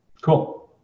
Cool